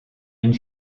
une